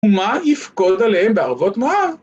‫ומה יפקוד עליהם בערבות מוהר?